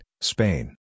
Spain